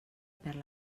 perd